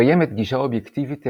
קיימת גישה אובייקטיבית טהורה,